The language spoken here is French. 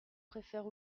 préfère